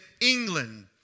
England